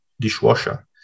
dishwasher